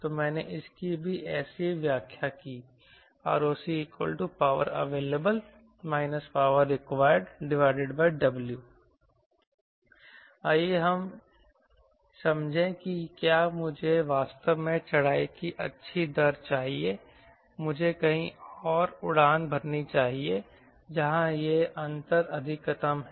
तो मैंने इसकी भी ऐसे व्याख्या की ROCPower available Power requiredW आइए हम समझें कि क्या मुझे वास्तव में चढ़ाई की अच्छी दर चाहिए मुझे कहीं और उड़ान भरनी चाहिए जहां यह अंतर अधिकतम है